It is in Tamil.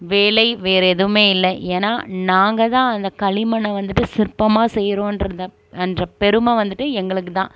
வேலை வேறு எதுவுமே இல்லை ஏன்னால் நாங்கள் தான் அந்த களிமண்ணை வந்துட்டு சிற்பமாக செய்யுறோன்றதை என்ற பெருமை வந்துவிட்டு எங்களுக்கு தான்